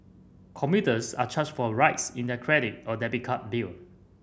commuters are charged for rides in their credit or debit card bill